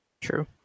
True